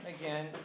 again